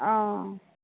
অঁ